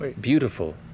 Beautiful